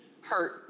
hurt